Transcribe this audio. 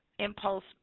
impulse